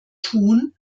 tun